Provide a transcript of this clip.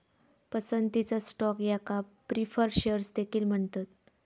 पसंतीचा स्टॉक याका preferred shares देखील म्हणतत